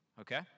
Okay